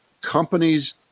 companies